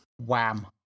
Wham